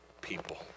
people